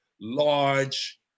large